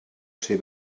ser